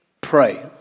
pray